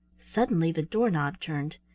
suddenly, the door-knob turned,